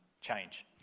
change